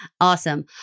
Awesome